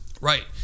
Right